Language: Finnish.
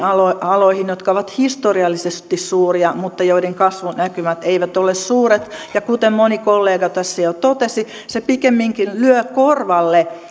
aloihin jotka ovat historiallisesti suuria mutta joiden kasvunäkymät eivät ole suuret kuten moni kollega tässä jo totesi se pikemminkin lyö korvalle